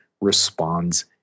responds